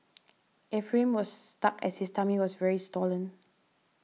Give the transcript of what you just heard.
Ephraim was stuck as his tummy was very swollen